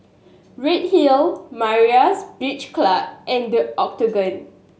Redhill Myra's Beach Club and The Octagon